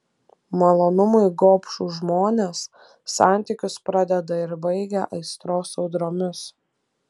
malonumui gobšūs žmonės santykius pradeda ir baigia aistros audromis